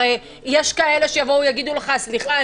הרי יש כאלה שיבואו ויגידו לך: סליחה,